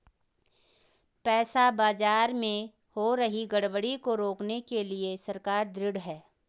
पैसा बाजार में हो रही गड़बड़ी को रोकने के लिए सरकार ढृढ़ है